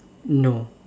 no